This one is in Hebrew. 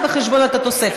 יש לי עוד תוספת